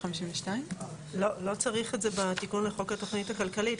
לא צריך את זה בתיקון לחוק התוכנית הכלכלית,